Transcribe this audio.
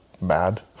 mad